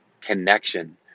connection